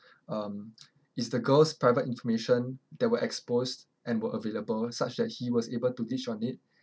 um it's the girl's private information that were exposed and were available such that he was able to leech on it